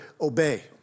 obey